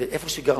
ואיפה שהם גרו,